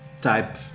type